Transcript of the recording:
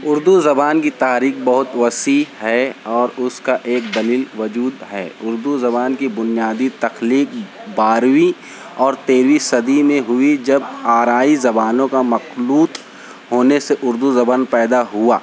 اردو زبان کی تاریخ بہت وسیع ہے اور اس کا ایک دلیل وجود ہے اردو زبان کی بنیادی تخلیق بارہویں اور تیرہویں صدی میں ہوئی جب آریائی زبانوں کا مخلوط ہونے سے اردو زبان پیدا ہوا